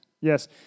Yes